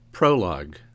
Prologue